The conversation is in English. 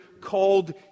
called